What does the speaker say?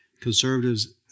Conservatives